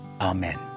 Amen